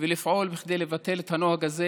ונפעל כדי לבטל את הנוהג הזה.